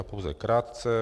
Pouze krátce.